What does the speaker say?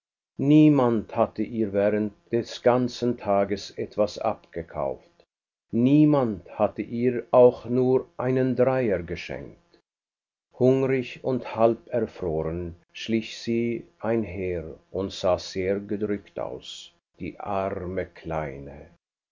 niemand hatte ihr während des ganzen tages etwas abgekauft niemand hatte ihr auch nur einen dreier geschenkt hungrig und halberfroren schlich sie einher und sah sehr gedrückt aus die arme kleine